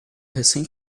recém